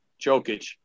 Jokic